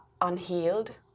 unhealed